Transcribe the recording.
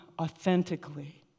authentically